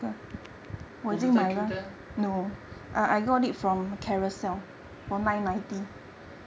不是在 Q ten